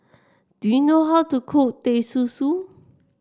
do you know how to cook Teh Susu